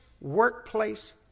Workplace